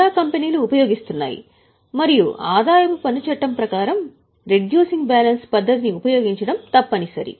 చాలా కంపెనీలు ఉపయోగిస్తున్నాయి మరియు ఆదాయపు పన్ను చట్టం ప్రకారం బ్యాలెన్స్ పద్ధతిని ఉపయోగించడం తప్పనిసరి